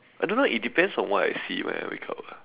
I don't know it depends on what I see when I wake up